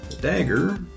Dagger